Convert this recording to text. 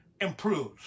improves